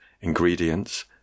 Ingredients